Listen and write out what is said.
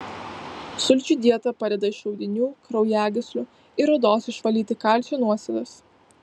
sulčių dieta padeda iš audinių kraujagyslių ir odos išvalyti kalcio nuosėdas